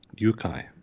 Yukai